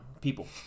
people